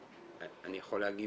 אני יכול להגיד,